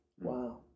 Wow